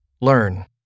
learn